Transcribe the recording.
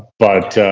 but,